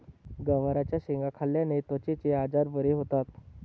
गवारच्या शेंगा खाल्ल्याने त्वचेचे आजार बरे होतात